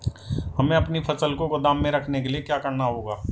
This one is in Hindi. हमें अपनी फसल को गोदाम में रखने के लिये क्या करना होगा?